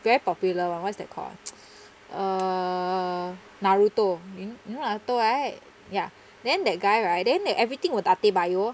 very popular [one] what's that called err naruto you know naruto right then that guy right then everything will dattebayo